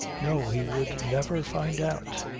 no, he would never find out.